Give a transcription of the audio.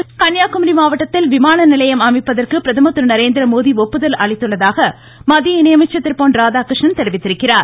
பொன் ராதாகிருஷ்ணன் கன்னியாகுமரி மாவட்டத்தில் விமான நிலையம் அமைப்பதற்கு பிரதமர் திரு நரேந்திரமோடி ஒப்புதல் அளித்துள்ளதாக மத்திய இணைஅமைச்சர் திரு பொன் ராதாகிருஷ்ணன் தெரிவித்தார்